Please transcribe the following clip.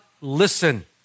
listen